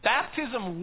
Baptism